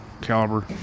caliber